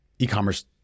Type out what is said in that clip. e-commerce